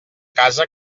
casa